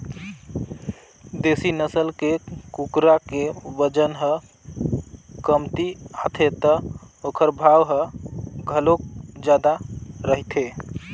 देसी नसल के कुकरा के बजन ह कमती आथे त ओखर भाव ह घलोक जादा रहिथे